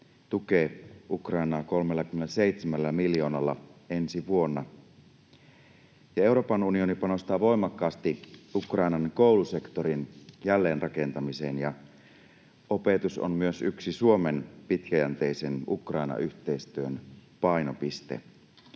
Ukrainaa 37 miljoonalla ensi vuonna. Euroopan unioni panostaa voimakkaasti Ukrainan koulusektorin jälleenrakentamiseen, ja opetus on myös yksi Suomen pitkäjänteisen Ukraina-yhteistyön painopiste.